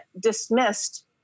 dismissed